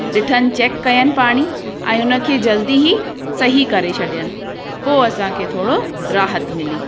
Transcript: ॾिठनि check कयनि पाणी ऐं हुनखे जल्दी ही सही करे छॾियनि पोइ असांखे थोरो राहति मिली